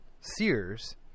Sears